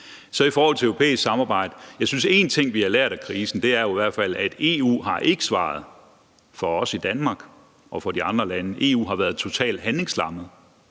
nu. I forhold til europæisk samarbejde synes jeg, at én ting, vi har lært af krisen, jo i hvert fald er, at EU ikke har svaret for os i Danmark eller for de andre lande. EU har været totalt handlingslammet